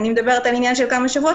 אני מדברת על עניין של כמה שבועות,